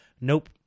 nope